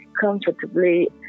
comfortably